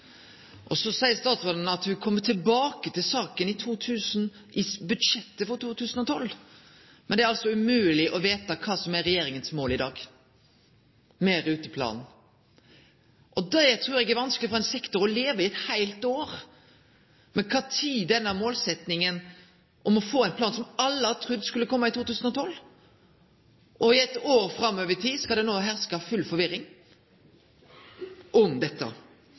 Så seier statsråden at ho vil kome tilbake til saka i budsjettet for 2012. Men det er altså umogleg å vite kva som er regjeringas mål med ruteplanen i dag. Det trur eg er vanskeleg for ein sektor å leve med i eit helt år, kva tid ein plan som alle har trudd skulle kome i 2012 – det var målsettinga – kjem. I eit år framover i tid skal det no herske full forvirring om dette.